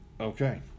Okay